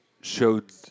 showed –